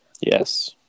Yes